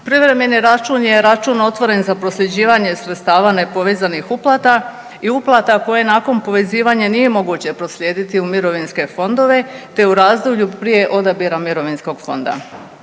Privremeni račun je račun otvoren za prosljeđivanje sredstava nepovezanih uplata i uplata koje nakon povezivanja nije moguće proslijediti u mirovinske fondove te u razdoblju prije odabira mirovinskog fonda.